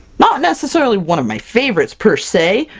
not necessarily one of my favorites, per-se,